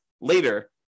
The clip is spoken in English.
later